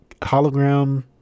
Hologram